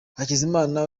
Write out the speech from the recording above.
hakizimana